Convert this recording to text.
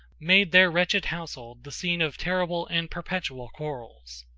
made their wretched household the scene of terrible and perpetual quarrels.